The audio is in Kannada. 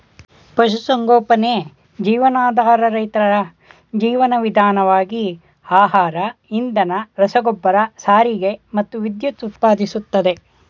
ಪಶುಸಂಗೋಪನೆ ಜೀವನಾಧಾರ ರೈತರ ಜೀವನ ವಿಧಾನವಾಗಿ ಆಹಾರ ಇಂಧನ ರಸಗೊಬ್ಬರ ಸಾರಿಗೆ ಮತ್ತು ವಿದ್ಯುತ್ ಉತ್ಪಾದಿಸ್ತದೆ